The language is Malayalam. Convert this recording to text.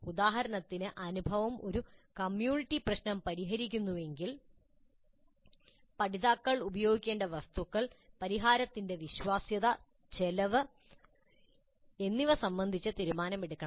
ഉദാഹരണത്തിന് അനുഭവം ഒരു കമ്മ്യൂണിറ്റി പ്രശ്നം പരിഹരിക്കുന്നുവെങ്കിൽ ഒരുപക്ഷേ ഞങ്ങൾ നേരത്തെ ചർച്ച ചെയ്തതാകാം പഠിതാക്കൾ ഉപയോഗിക്കേണ്ട വസ്തുക്കൾ പരിഹാരത്തിന്റെ വിശ്വാസ്യത ചെലവ് എന്നിവ സംബന്ധിച്ച് തീരുമാനമെടുക്കണം